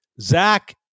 Zach